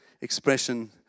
expression